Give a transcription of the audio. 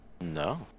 No